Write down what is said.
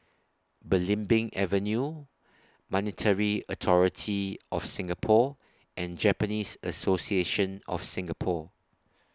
Belimbing Avenue Monetary Authority of Singapore and Japanese Association of Singapore